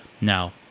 Now